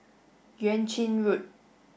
Yuan Ching Road